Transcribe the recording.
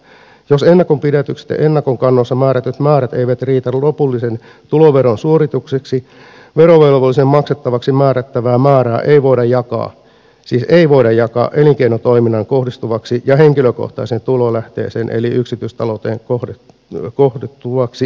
jos ennakonpidätykset ja ennakonkannossa määrätyt määrät eivät riitä lopullisen tuloveron suoritukseksi verovelvollisen maksettavaksi määrättävää määrää ei voida jakaa siis ei voida jakaa elinkeinotoimintaan kohdistuvaksi ja henkilökohtaiseen tulolähteeseen eli yksityistalouteen kohdistuvaksi verovelaksi